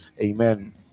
amen